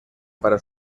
para